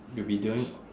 we'll be doing